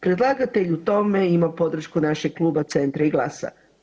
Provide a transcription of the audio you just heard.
Predlagatelj u tome ima podršku našeg kluba CENTRA i GLAS-a.